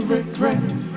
regret